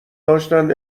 داشتند